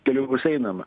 keliu bus einama